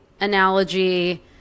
analogy